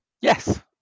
Yes